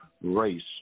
race